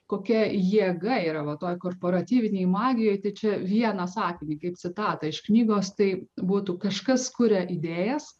kokia jėga yra va toj korporatyvinėj magijoj čia vieną sakinį kaip citatą iš knygos tai būtų kažkas kuria idėjas